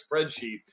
spreadsheet